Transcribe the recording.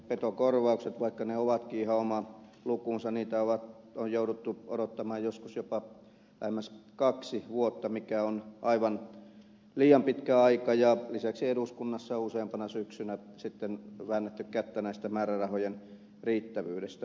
petokorvauksia vaikka ne ovatkin ihan oma lukunsa on jouduttu odottamaan joskus jopa lähemmäs kaksi vuotta mikä on aivan liian pitkä aika ja lisäksi eduskunnassa useampana syksynä sitten on väännetty kättä määrärahojen riittävyydestä